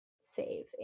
save